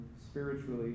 spiritually